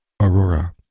Aurora